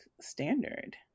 standard